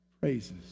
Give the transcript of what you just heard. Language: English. praises